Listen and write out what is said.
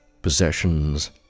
possessions